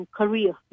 career